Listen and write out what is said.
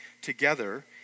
together